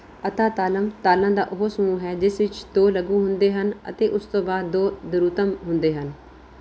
ਅਤਾ ਤਾਲਮ ਤਾਲਮ ਦਾ ਉਹ ਸਮੂਹ ਹੈ ਜਿਸ ਵਿੱਚ ਦੋ ਲਘੂ ਹੁੰਦੇ ਹਨ ਅਤੇ ਉਸ ਤੋਂ ਬਾਅਦ ਦੋ ਦਰੂਤਮ ਹੁੰਦੇ ਹਨ